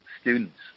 students